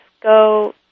go